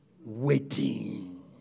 Waiting